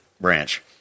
branch